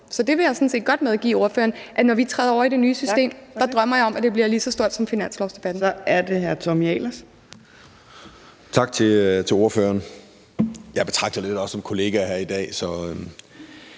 Så det vil jeg sådan set godt medgive ordføreren. Altså når vi træder over i det nye system, drømmer jeg om, at det bliver lige så stort som finanslovsdebatten.